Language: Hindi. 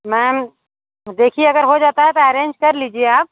मैम देखिए अगर हो जाता है तो अरेंज कर लीजिए आप